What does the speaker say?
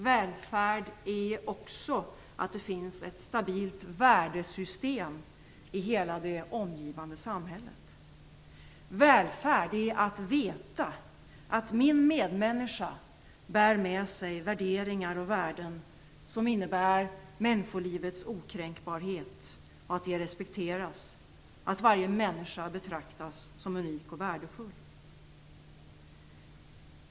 Välfärd är också att det finns ett stabilt värdesystem i hela det omgivande samhället. Välfärd är att veta att min medmänniska bär med sig värderingar och värden som innebär människolivets okränkbarhet, att människolivet respekteras och att varje människa betraktas som unik och värdefull.